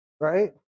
right